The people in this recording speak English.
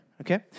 okay